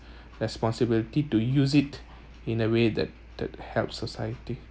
responsibility to use it in a way that that helps society